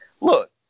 look